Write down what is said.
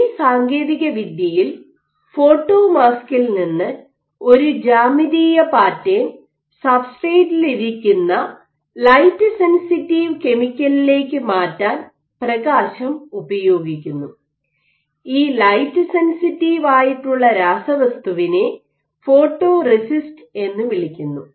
ഈ സാങ്കേതിക വിദ്യയിൽ ഫോട്ടോ മാസ്കിൽ നിന്ന് ഒരു ജ്യാമിതീയ പാറ്റേൺ സബ്സ്ട്രേറ്റിലിരിക്കുന്ന ലൈറ്റ് സെൻസിറ്റീവ് കെമിക്കലിലേക്ക് മാറ്റാൻ പ്രകാശം ഉപയോഗിക്കുന്നു ഈ ലൈറ്റ് സെൻസിറ്റീവ് ആയിട്ടുള്ള രാസവസ്തുവിനെ ഫോട്ടോറെസിസ്റ്റ് എന്ന് വിളിക്കുന്നു